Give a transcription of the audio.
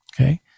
Okay